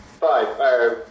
Five